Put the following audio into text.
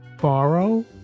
borrow